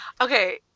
Okay